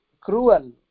cruel